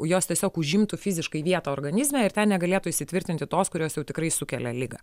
jos tiesiog užimtų fiziškai vietą organizme ir ten negalėtų įsitvirtinti tos kurios jau tikrai sukelia ligą